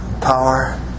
power